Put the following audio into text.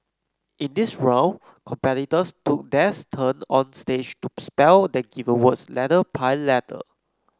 in this round competitors took their turn on stage to spell their given words letter by letter